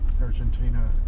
Argentina